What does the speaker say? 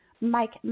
Mike